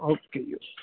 okay ji okay